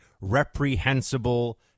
reprehensible